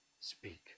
speak